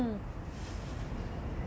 haha I thought eat the baked rice for the cheese